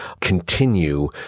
continue